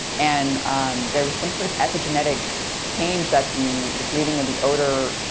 and there was some sort of epigenetic change that the the breathing of the odor,